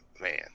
Man